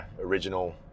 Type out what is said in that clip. original